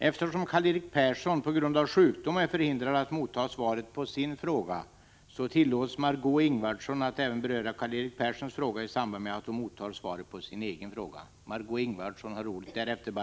Eftersom Karl-Erik Persson på grund av sjukdom är förhindrad att motta svaret på sin fråga tillåts Margé Ingvardsson att även beröra Karl-Erik Perssons fråga i samband med att hon mottar svaret på sin egen fråga.